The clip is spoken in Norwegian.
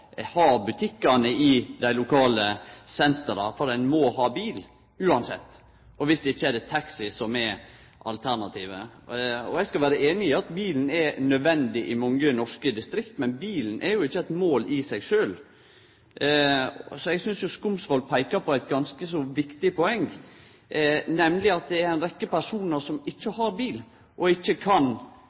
ha butikkane i dei lokale sentra, ein må ha bil uansett. Viss ikkje, er det taxi som er alternativet. Eg skal vere einig i at bilen er nødvendig i mange norske distrikt, men bilen er jo ikkje eit mål i seg sjølv. Eg synest Skumsvoll peiker på eit ganske viktig poeng, nemleg at det er ei rekkje personar som ikkje har bil og ikkje kan